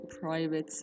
private